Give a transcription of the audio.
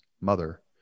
mother